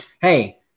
Hey